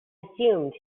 assumed